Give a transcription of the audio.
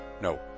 No